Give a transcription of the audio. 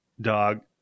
dog